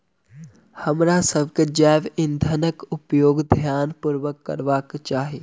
हमरासभ के जैव ईंधनक उपयोग ध्यान पूर्वक करबाक चाही